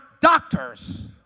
doctors